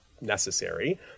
necessary